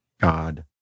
God